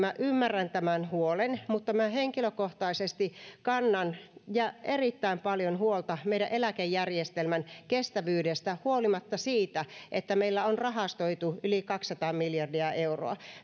ymmärrän tämän huolen mutta henkilökohtaisesti kannan erittäin paljon huolta meidän eläkejärjestelmän kestävyydestä huolimatta siitä että meillä on rahastoitu yli kaksisataa miljardia euroa